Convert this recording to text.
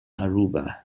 aruba